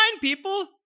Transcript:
people